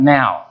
now